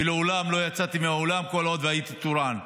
ומעולם לא יצאתי מהאולם כל עוד הייתי תורן.